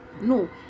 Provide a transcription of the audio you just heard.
No